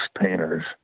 painters